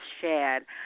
shared